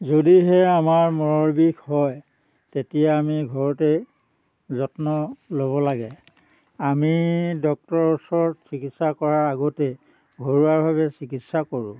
যদিহে আমাৰ মূৰৰ বিষ হয় তেতিয়া আমি ঘৰতেই যত্ন ল'ব লাগে আমি ডক্টৰৰ ওচৰত চিকিৎসা কৰাৰ আগতে ঘৰুৱাভাৱে চিকিৎসা কৰোঁ